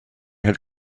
had